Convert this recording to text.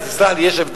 תשמע חוות